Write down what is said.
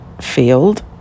field